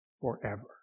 forever